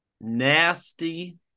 nasty